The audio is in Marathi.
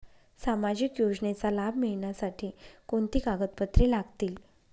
सामाजिक योजनेचा लाभ मिळण्यासाठी कोणती कागदपत्रे लागतील?